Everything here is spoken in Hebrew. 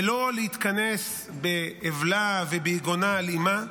ולא להתכנס באבלה וביגונה על אימה,